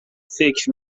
فکر